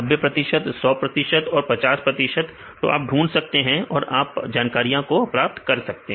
90 प्रतिशत 100 प्रतिशत और 50 प्रतिशत तो आप ढूंढ सकते हैं और आप या जानकारियां प्राप्त कर सकते हैं